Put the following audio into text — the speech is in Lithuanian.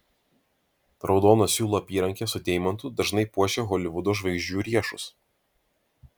raudono siūlo apyrankė su deimantu dažnai puošia holivudo žvaigždžių riešus